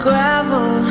Gravel